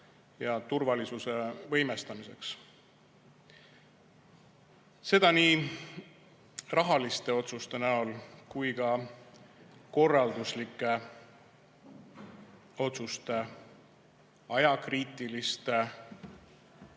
ja turvalisuse võimestamiseks, seda nii rahaliste otsuste näol kui ka korralduslike otsuste ajakriitiliste